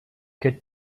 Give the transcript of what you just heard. could